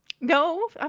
No